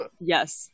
Yes